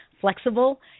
flexible